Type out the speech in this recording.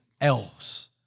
else